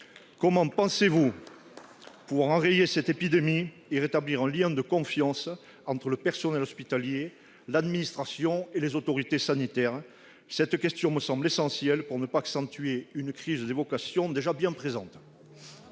Comment pensez-vous pouvoir enrayer cette épidémie et rétablir un lien de confiance entre le personnel hospitalier, l'administration et les autorités sanitaires ? Répondre à cette question me paraît essentiel pour ne pas aggraver une crise des vocations déjà vive